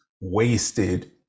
wasted